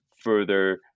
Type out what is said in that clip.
further